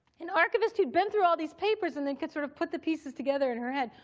an archivist who'd been through all these papers and then could sort of put the pieces together in her head,